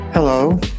Hello